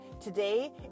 Today